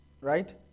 right